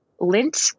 lint